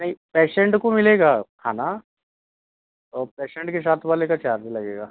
नहीं पेशेंट को मिलेगा खाना और पेशेंट के साथ वाले का चार्ज लगेगा